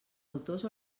autors